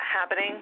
happening